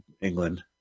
england